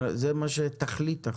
זה תכלית החוק,